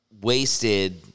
wasted